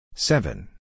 Seven